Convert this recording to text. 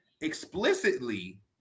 explicitly